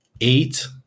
eight